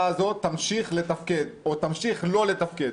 הזו תמשיך לתפקד או תמשיך לא לתפקד.